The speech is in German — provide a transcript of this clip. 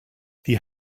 die